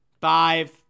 five